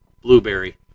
Blueberry